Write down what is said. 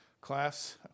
class